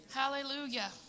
hallelujah